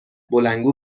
بلندگو